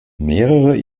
mehrere